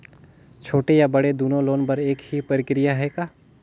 छोटे या बड़े दुनो लोन बर एक ही प्रक्रिया है का?